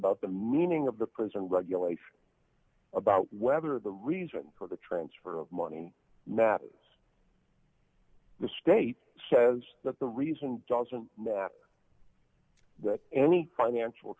about the mooning of the prison regulations about whether the reason for the transfer of money matters the state says that the reason doesn't matter that any financial